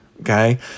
okay